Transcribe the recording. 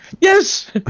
Yes